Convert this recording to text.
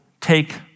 take